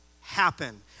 happen